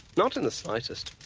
not in the slightest.